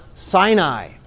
Sinai